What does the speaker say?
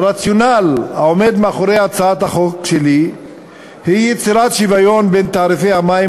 הרציונל העומד מאחורי הצעת החוק שלי הוא יצירת שוויון בין תעריפי המים